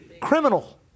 Criminal